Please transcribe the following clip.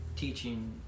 teaching